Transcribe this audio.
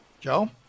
Joe